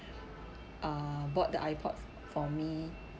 uh bought the ipod for me